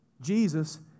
Jesus